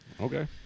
Okay